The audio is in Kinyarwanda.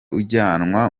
ujyanwa